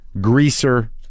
greaser